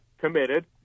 committed